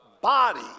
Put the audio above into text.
body